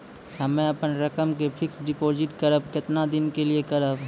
हम्मे अपन रकम के फिक्स्ड डिपोजिट करबऽ केतना दिन के लिए करबऽ?